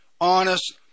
honest